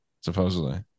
supposedly